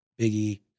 Biggie